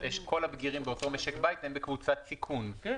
הבגירים באותו משק בית הם בקבוצת סיכון,